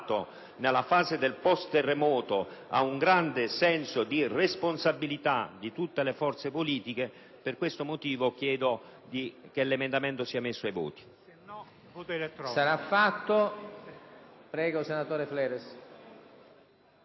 nella fase del post-terremoto ad un grande senso di responsabilità da parte di tutte le forze politiche, e chiedo che l'emendamento sia messo ai voti